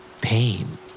Pain